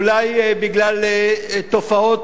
אולי בגלל תופעות,